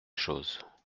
choses